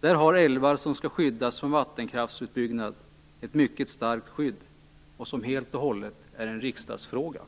Där har de älvar som skall skyddas från vattenkraftsutbyggnad ett mycket starkt skydd, som helt och hållet är en riksdagsfråga.